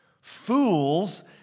fools